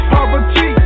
Poverty